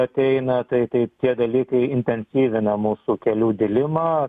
ateina tai tai tie dalykai intensyvina mūsų kelių dilimą